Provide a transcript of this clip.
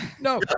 No